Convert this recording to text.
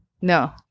no